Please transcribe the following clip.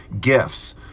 gifts